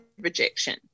rejection